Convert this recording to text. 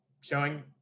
showing